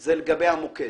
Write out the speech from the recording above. זה לגבי המוקד.